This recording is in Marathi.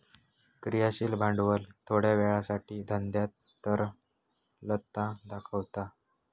क्रियाशील भांडवल थोड्या वेळासाठी धंद्यात तरलता दाखवता